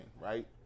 right